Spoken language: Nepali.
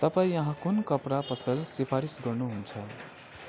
तपाईँ यहाँ कुन कपडा पसल सिफारिस गर्नुहुन्छ